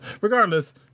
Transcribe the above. regardless